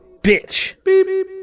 bitch